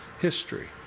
history